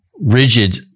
rigid